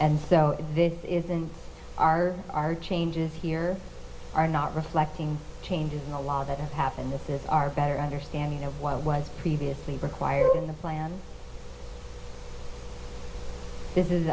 and so this is in our our changes here are not reflecting changes in the law that have happened with this our better understanding of why was previously required in the plan this is